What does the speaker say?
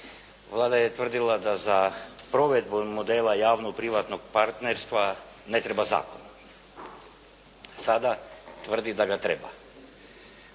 Vlada je tvrdila da za provedbu modela javno-privatnog partnerstva ne treba zakon. Sada tvrdi da ga treba.